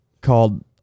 called